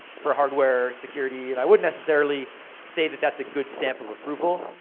for hardware security. and i wouldn't necessarily say that that's a good stamp of approval.